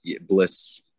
bliss